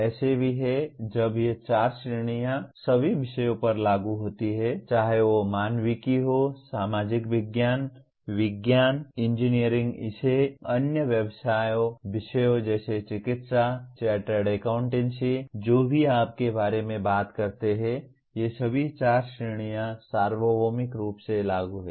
ऐसे भी हैं जब ये चार श्रेणियां सभी विषयों पर लागू होती हैं चाहे वह मानविकी हो सामाजिक विज्ञान विज्ञान इंजीनियरिंग इसे अन्य व्यावसायिक विषयों जैसे चिकित्सा चार्टर्ड अकाउंटेंसी जो भी आप के बारे में बात करते हैं ये सभी चार श्रेणियां सार्वभौमिक रूप से लागू हैं